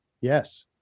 Yes